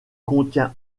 contient